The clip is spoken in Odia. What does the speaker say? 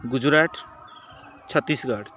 ଗୁଜୁରାଟ ଛତିଶଗଡ଼